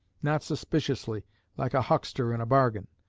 not suspiciously like a huckster in a bargain.